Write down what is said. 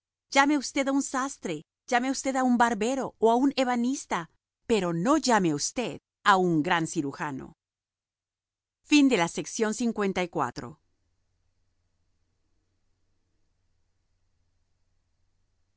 llame usted a un sastre llame usted a un barbero o a un ebanista pero no llame usted a un gran cirujano iii la viruela